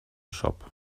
shop